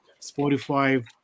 Spotify